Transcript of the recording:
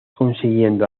consiguiendo